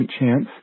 chance